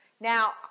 Now